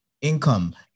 income